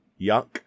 yuck